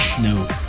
No